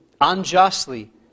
Unjustly